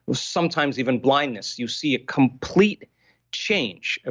sometimes even blindness, you see a complete change, ah